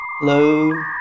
Hello